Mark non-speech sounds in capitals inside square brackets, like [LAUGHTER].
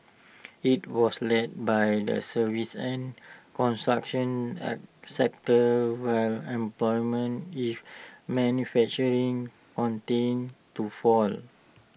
IT was led by the services and construction [HESITATION] sectors while employment in manufacturing continued to fall